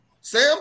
Sam